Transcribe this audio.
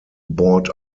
bought